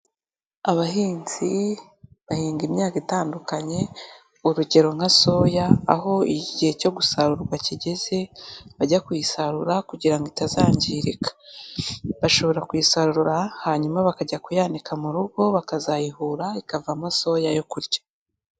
Abahinzi bahinga imyaka itandukanye, urugero nka soya aho igihe cyo gusarurwa kigeze bajya kuyisarura kugira itazangirika. Bashobora kuyisarura hanyuma bakajya kuyanika mu rugo bakazayihura ikavamo soya yo kurya.